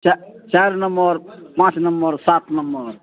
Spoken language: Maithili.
च चारि नम्मर पॉँच नम्मर सात नम्मर